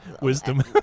wisdom